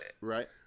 Right